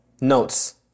notes